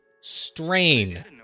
Strain